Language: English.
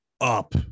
up